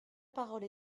parole